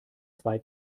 zwei